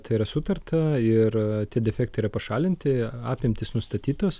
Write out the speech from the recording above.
tai yra sutarta ir tie defektai yra pašalinti apimtys nustatytos